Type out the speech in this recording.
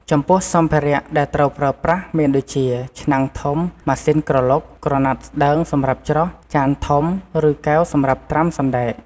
ចំពោះសម្ភារៈដែលត្រូវប្រើប្រាស់មានដូចជា ឆ្នាំងធំ ម៉ាស៊ីនក្រឡុក ក្រណាត់ស្តើងសម្រាប់ច្រោះ ចានធំ ឬកែវសម្រាប់ត្រាំសណ្ដែក។